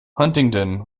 huntingdon